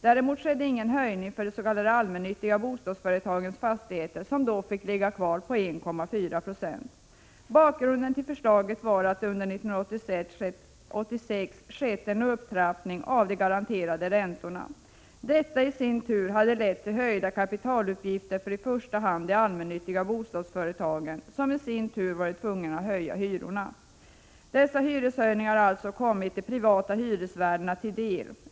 Däremot skedde ingen höjning för de s.k. allmännyttiga bostadsföretagens fastigheter, som då fick ligga kvar på 1,4 96. Bakgrunden till förslaget var att det under 1986 skett en upptrappning av de garanterade räntorna. Detta hade i sin tur lett till höjda kapitalutgifter för i första hand de allmännyttiga bostadsföretagen, som i sin tur varit tvungna att höja hyrorna. Dessa hyreshöjningar har också kommit de privata hyresvärdarna till del.